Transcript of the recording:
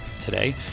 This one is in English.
today